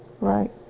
Right